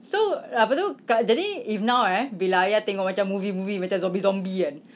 so uh apa tu kak~ jadi if now eh bila ayah tengok macam movie movie macam zombie zombie kan